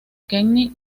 kenny